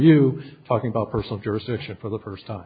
you talking about personal jurisdiction for the first time